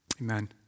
Amen